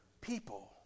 people